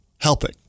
helping